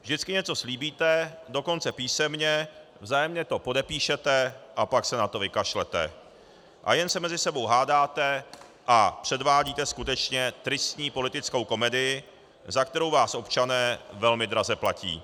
Vždycky něco slíbíte, dokonce písemně, vzájemně to podepíšete, a pak se na to vykašlete a jen se mezi sebou hádáte a předvádíte skutečně tristní politickou komedii, za kterou vás občané velmi draze platí.